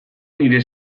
nire